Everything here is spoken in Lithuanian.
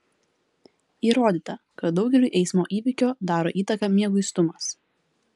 įrodyta kad daugeliui eismo įvykio daro įtaką mieguistumas